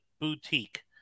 boutique